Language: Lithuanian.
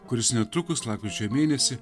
kuris netrukus lapkričio mėnesį